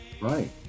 right